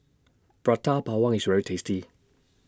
Prata Bawang IS very tasty